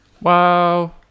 Wow